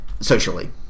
socially